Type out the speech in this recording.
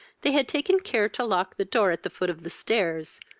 they had taken care to lock the door at the foot of the stairs,